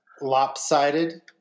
lopsided